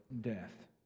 death